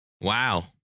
Wow